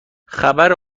خبر